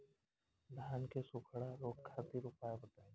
धान के सुखड़ा रोग खातिर उपाय बताई?